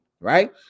right